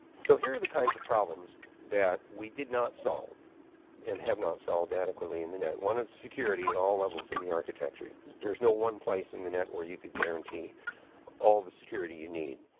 so here are the kinds of problems that we did not solve and have not solved adequately in the net. one of security at all levels in the architecture. there's no one place in the net where you can guarantee all the security you need.